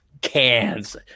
cans